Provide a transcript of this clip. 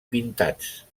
pintats